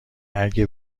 اگه